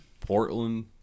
Portland